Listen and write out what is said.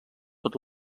tot